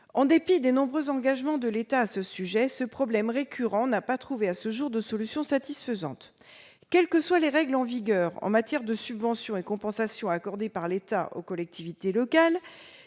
En dépit des nombreux engagements de l'État à ce sujet, ce problème récurrent n'a pas trouvé, à ce jour, de solution satisfaisante. Quelles que soient les règles en vigueur en matière de subventions et de compensations accordées par l'État aux collectivités locales,